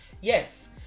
Yes